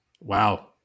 wow